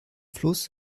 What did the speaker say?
fluss